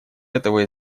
этого